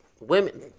Women